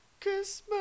Christmas